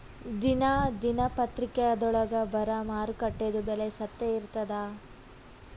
ದಿನಾ ದಿನಪತ್ರಿಕಾದೊಳಾಗ ಬರಾ ಮಾರುಕಟ್ಟೆದು ಬೆಲೆ ಸತ್ಯ ಇರ್ತಾದಾ?